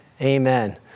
Amen